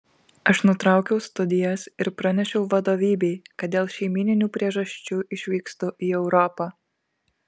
aš nutraukiau studijas ir pranešiau vadovybei kad dėl šeimyninių priežasčių išvykstu į europą